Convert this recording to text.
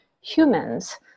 humans